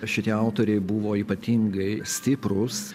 šitie autoriai buvo ypatingai stiprūs